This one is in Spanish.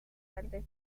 artes